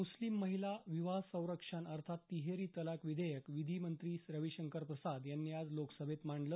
मुस्लिम महिला विवाह संरक्षण अर्थात तिहेरी तलाक विधेयक विधी मंत्री रविशंकर प्रसाद यांनी आज लोकसभेत मांडलं